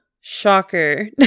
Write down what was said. Shocker